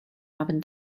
ofn